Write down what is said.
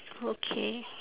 okay